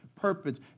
purpose